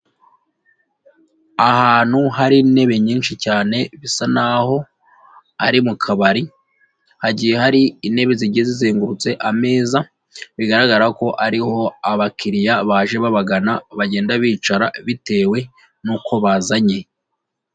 Ahantu hari intebe nyinshi cyane bisa naho ari mu kabari, hagiye hari intebe zigiye zizengurutse ameza bigaragara ko ari ho abakiriya baje babagana bagenda bicara bitewe nuko bazanye.